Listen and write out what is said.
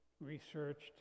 researched